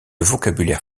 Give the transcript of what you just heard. vocabulaire